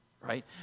right